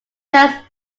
toast